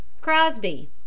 Crosby